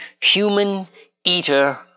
human-eater